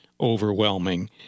overwhelming